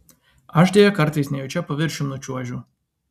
aš deja kartais nejučia paviršium nučiuožiu